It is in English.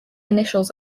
initials